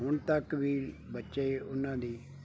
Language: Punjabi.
ਹੁਣ ਤੱਕ ਵੀ ਬੱਚੇ ਉਹਨਾਂ ਦੀ